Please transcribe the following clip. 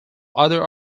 other